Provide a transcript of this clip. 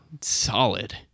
Solid